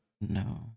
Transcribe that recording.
No